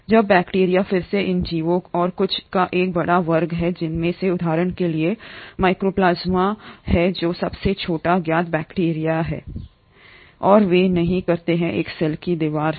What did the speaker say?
अब बैक्टीरिया फिर से इन जीवों और कुछ का एक बड़ा वर्ग है उनमें से उदाहरण के लिए माइकोप्लाज्मा हैं जो सबसे छोटे ज्ञात बैक्टीरिया हैं और वे नहीं करते हैं एक सेल की दीवार है